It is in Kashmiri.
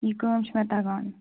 یہِ کٲم چھِ مےٚ تگان